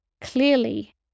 clearly